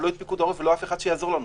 לא את פיקוד העורף ולא אף אחד שיעזור לנו.